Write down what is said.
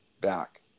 back